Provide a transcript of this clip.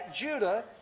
Judah